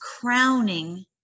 crowning